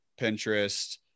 Pinterest